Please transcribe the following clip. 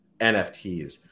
NFTs